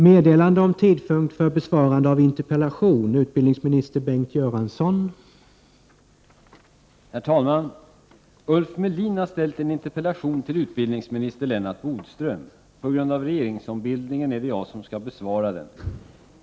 Herr talman! Ulf Melin har ställt en interpellation till utbildningsminister Lennart Bodström. På grund av regeringsombildningen är det jag som skall besvara den.